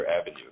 avenue